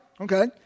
Okay